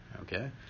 okay